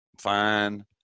fine